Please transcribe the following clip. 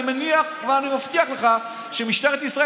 אני מניח ואני מבטיח לך שמשטרת ישראל